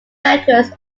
records